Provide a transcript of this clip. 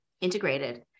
integrated